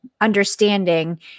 understanding